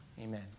amen